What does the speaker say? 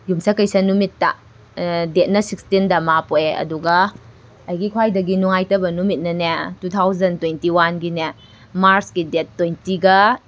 ꯌꯨꯝꯁꯀꯩꯁ ꯅꯨꯃꯤꯠꯇ ꯗꯦꯠꯅ ꯁꯤꯛꯁꯇꯤꯟꯗ ꯃꯥ ꯄꯣꯛꯑꯦ ꯑꯗꯨꯒ ꯑꯩꯒꯤ ꯈ꯭ꯋꯥꯏꯗꯒꯤ ꯅꯨꯡꯉꯥꯏꯇꯕ ꯅꯨꯃꯤꯠꯅꯅꯦ ꯇꯨ ꯊꯥꯎꯖꯟ ꯇ꯭ꯋꯦꯟꯇꯤ ꯋꯥꯟꯒꯤꯅꯦ ꯃꯥꯔꯁꯀꯤ ꯗꯦꯠ ꯇ꯭ꯋꯦꯟꯇꯤꯒ